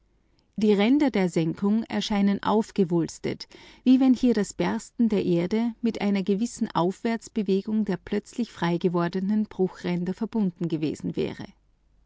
die ränder der senkung erscheinen aufgewulstet wie wenn hier das bersten der erde mit einer gewissen aufwärtsbewegung der plötzlich freigewordenen bruchränder verbunden gewesen wäre